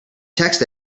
text